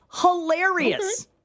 hilarious